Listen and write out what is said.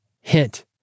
Hint